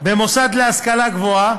במוסד להשכלה גבוהה,